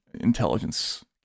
intelligence